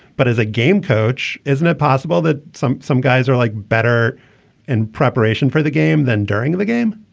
but as a game coach, isn't it possible that some some guys are like better in preparation for the game than during the game?